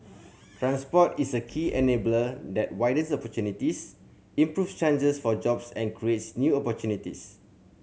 transport is a key enabler that widens opportunities improve chances for jobs and creates new opportunities